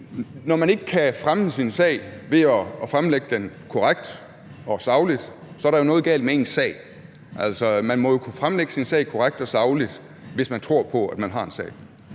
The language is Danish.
Når man ikke kan fremme sin sag ved at fremlægge den korrekt og sagligt, så er der jo noget galt med ens sag. Man må jo kunne fremlægge sin sag korrekt og sagligt, hvis man tror på, at man har en sag.